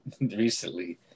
recently